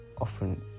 often